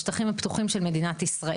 בשטחים הפתוחים של מדינת ישראל.